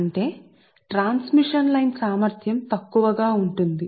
అంటే transmission line సామర్థ్యం తక్కువగా ఉంటుంది